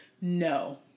no